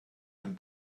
dem